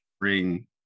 bring